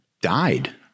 died